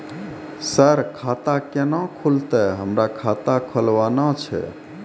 Sir खाता केना खुलतै, हमरा खाता खोलवाना छै?